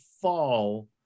fall